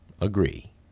agree